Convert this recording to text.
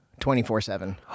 24-7